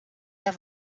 der